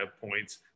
points